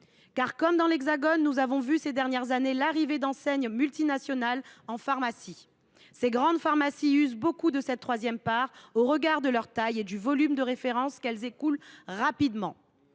Comme dans l’Hexagone, nous avons vu, ces dernières années, arriver des enseignes multinationales de pharmacie. Ces grandes pharmacies usent beaucoup de cette troisième part, au regard de leur taille et du volume de références qu’elles écoulent rapidement.